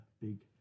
big